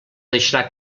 deixarà